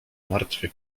martwy